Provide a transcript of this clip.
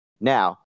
now